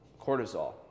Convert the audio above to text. cortisol